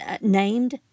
named